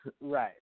Right